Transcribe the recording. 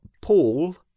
paul